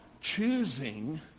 choosing